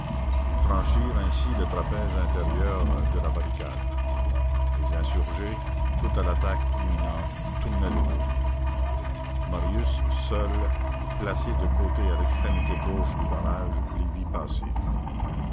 ils franchirent ainsi le trapèze intérieur de la barricade les insurgés tout à l'attaque imminente tournaient le dos marius seul placé de côté à l'extrémité gauche du barrage les